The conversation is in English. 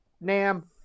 Nam